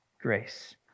grace